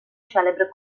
celebre